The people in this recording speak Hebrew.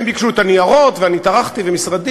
הם ביקשו את הניירות ואני טרחתי ומשרדי